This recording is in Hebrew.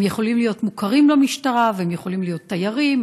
הם יכולים להיות מוכרים למשטרה והם יכולים להיות תיירים,